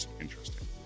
interesting